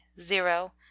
zero